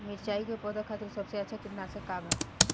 मिरचाई के पौधा खातिर सबसे अच्छा कीटनाशक का बा?